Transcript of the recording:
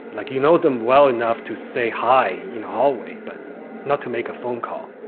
like you know them well enough to say hi. you know, always. but not to make a phone call.